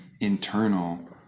internal